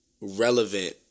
relevant